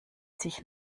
sich